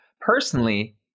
personally